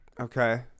Okay